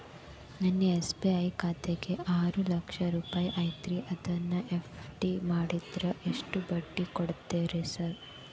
ನನ್ನ ಎಸ್.ಬಿ ಖಾತ್ಯಾಗ ಆರು ಲಕ್ಷ ರೊಕ್ಕ ಐತ್ರಿ ಅದನ್ನ ಎಫ್.ಡಿ ಮಾಡಿದ್ರ ಎಷ್ಟ ಬಡ್ಡಿ ಕೊಡ್ತೇರಿ ಸರ್?